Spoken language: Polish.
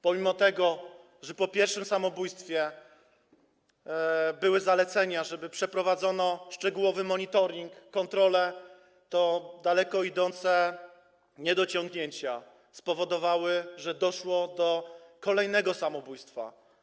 Pomimo że po pierwszym samobójstwie były zalecenia, żeby przeprowadzić szczegółowy monitoring, kontrole, to daleko idące niedociągnięcia spowodowały, że doszło do kolejnego samobójstwa.